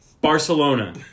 Barcelona